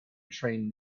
train